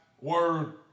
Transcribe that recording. word